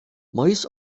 mayıs